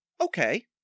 okay